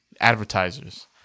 advertisers